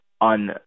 on